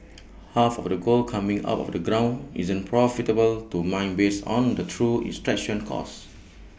half of the gold coming out of the ground isn't profitable to mine based on the true extraction costs